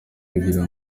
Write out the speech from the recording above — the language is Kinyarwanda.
kugira